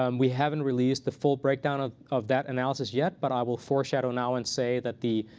um we haven't released the full breakdown ah of that analysis yet, but i will foreshadow now and say that the